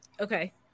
Okay